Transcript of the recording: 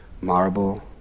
Marble